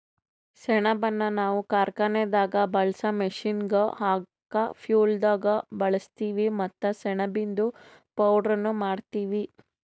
ಸೆಣಬನ್ನ ನಾವ್ ಕಾರ್ಖಾನೆದಾಗ್ ಬಳ್ಸಾ ಮಷೀನ್ಗ್ ಹಾಕ ಫ್ಯುಯೆಲ್ದಾಗ್ ಬಳಸ್ತೀವಿ ಮತ್ತ್ ಸೆಣಬಿಂದು ಪೌಡರ್ನು ಮಾಡ್ತೀವಿ